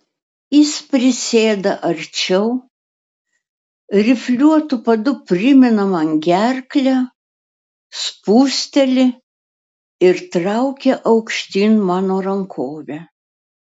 jis prisėda arčiau rifliuotu padu primina man gerklę spūsteli ir traukia aukštyn mano rankovę